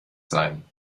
sein